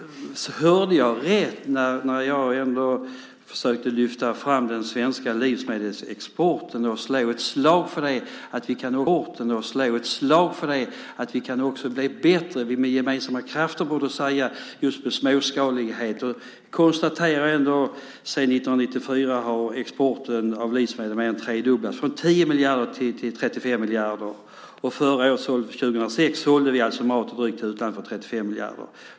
Hörde jag rätt? Jag försökte lyfta fram och slå ett slag för den svenska livsmedelsexporten. Vi kan bli bättre. Med gemensamma krafter borde vi ta fram småskalighet. Jag konstaterar att exporten av livsmedel har mer än tredubblats sedan 1994, från 10 miljarder till 35 miljarder. Förra året, 2006, sålde vi mat och dryck till utlandet för 35 miljarder.